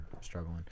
struggling